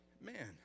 man